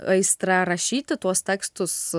aistra rašyti tuos tekstus